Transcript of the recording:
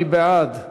מי בעד?